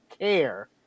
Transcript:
care